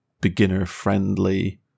beginner-friendly